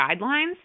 guidelines